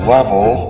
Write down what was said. Level